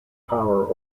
power